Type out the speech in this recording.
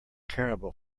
caramel